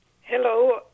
Hello